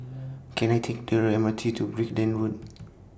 Can I Take The M R T to Brickland Road